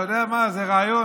אתה יודע מה, זה רעיון.